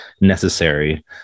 necessary